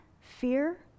fear